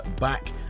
back